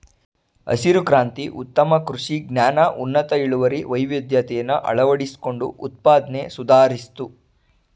ಹಸಿರು ಕ್ರಾಂತಿ ಉತ್ತಮ ಕೃಷಿ ಜ್ಞಾನ ಉನ್ನತ ಇಳುವರಿ ವೈವಿಧ್ಯತೆನ ಅಳವಡಿಸ್ಕೊಂಡು ಉತ್ಪಾದ್ನೆ ಸುಧಾರಿಸ್ತು